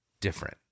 different